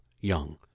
young